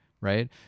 right